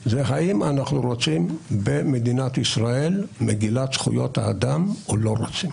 האם אנחנו רוצים במדינת ישראל מגילת זכויות האדם או לא רוצים.